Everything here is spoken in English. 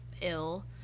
ill